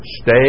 stay